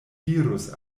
dirus